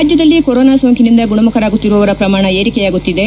ರಾಜ್ಯದಲ್ಲಿ ಕೊರೊನಾ ಸೋಂಕಿನಿಂದ ಗುಣಮುಖರಾಗುತ್ತಿರುವ ಪ್ರಮಾಣ ಏರಿಕೆಯಾಗುತ್ತಿದೆ